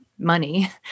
money